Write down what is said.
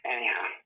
Anyhow